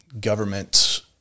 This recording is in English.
government